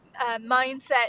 mindset